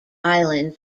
islands